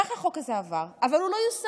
כך החוק הזה עבר, אבל הוא לא יושם,